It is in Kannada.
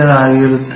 ಆಗಿರುತ್ತದೆ